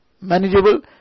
manageable